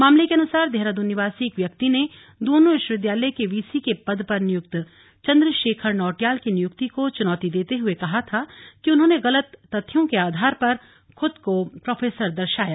मामले के अनुसार देहरादून निवासी एक व्यक्ति ने द्र्न विश्वविद्यालय के वीसी के पद पर नियुक्त चन्द्र शेखर नौटियाल की नियुक्ति को चुनौती देते हुए कहा था कि उन्होंने गलत तथ्यों के आधार पर खुद को प्रोफेसर दर्शाया